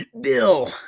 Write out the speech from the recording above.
Bill